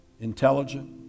intelligent